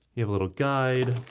a little guide.